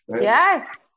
Yes